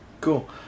Cool